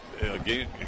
again